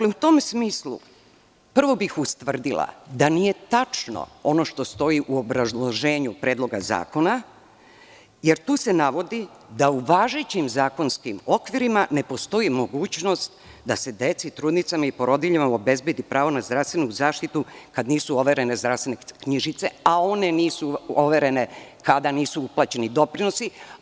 U tom smislu, prvo bih ustvrdila da nije tačno ono što stoji u obrazloženju Predloga zakona, jer tu se navodi da u važećim zakonskim okvirima ne postoji mogućnost da se deci, trudnicama i porodiljama obezbedi pravo na zdravstvenu zaštitu kada nisu overene zdravstvene knjižice, a one nisu overene kada nisu uplaćeni doprinosi.